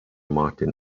martin